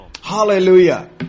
hallelujah